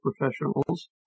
professionals